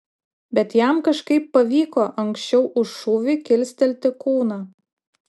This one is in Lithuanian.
bet jam kažkaip pavyko anksčiau už šūvį kilstelti kūną